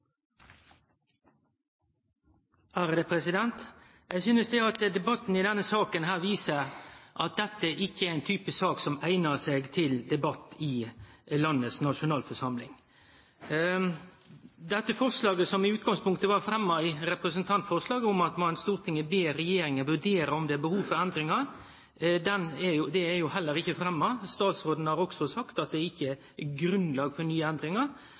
Eg synest at debatten i denne saka viser at dette ikkje er ein type sak som eignar seg til debatt i landets nasjonalforsamling. Dette forslaget, som i utgangspunktet blei fremma i representantforslaget, om at «Stortinget ber regjeringen vurdere om det er behov for endringer», er heller ikkje fremma. Statsråden har også sagt at det ikkje er grunnlag for nye endringar.